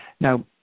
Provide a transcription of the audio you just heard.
Now